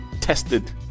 tested